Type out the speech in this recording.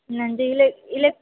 नंंदी इले इलेक्